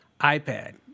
iPad